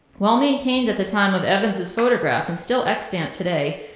well maintained at the time of evans's photograph and still extant today,